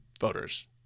voters